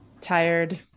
tired